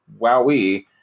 Wowee